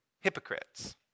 hypocrites